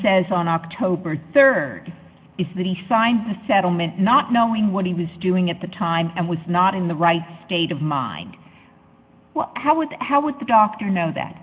says on october rd is that he signed the settlement not knowing what he was doing at the time and was not in the right state of mind how would how would the doctor know that